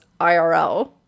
irl